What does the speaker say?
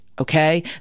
okay